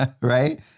right